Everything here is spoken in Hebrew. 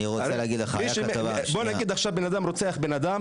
אם אדם רוצח אדם